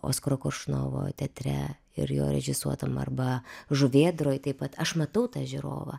oskaro koršunovo teatre ir jo režisuotam arba žuvėdroj taip pat aš matau tą žiūrovą